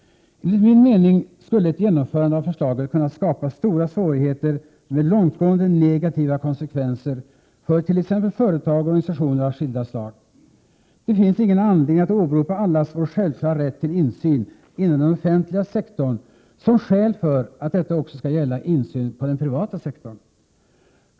Enligt min mening skulle ett genomförande av förslaget kunna skapa stora svårigheter med långtgående negativa konsekvenser för t.ex. företag och organisationer av skilda slag. Det finns ingen anledning att åberopa allas vår självklara rätt till insyn inom den offentliga sektorn som skäl för att detta också skall gälla insyn på den privata sektorn.